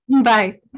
Bye